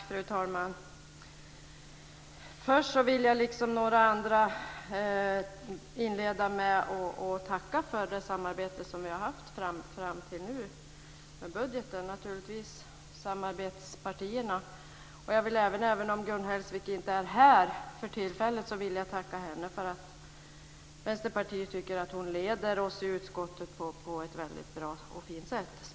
Fru talman! Först vill jag, liksom några andra, inleda med att tacka för det samarbete som vi har haft fram till nu med budgeten - naturligtvis samarbetspartierna. Även om Gun Hellsvik inte är här för tillfället vill jag tacka henne. Vi i Vänsterpartiet tycker att hon leder utskottet på ett bra och fint sätt.